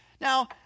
now